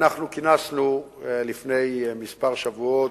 אנחנו כינסנו לפני כמה שבועות,